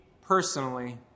personally